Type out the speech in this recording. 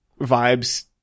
vibes